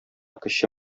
кече